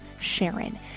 Sharon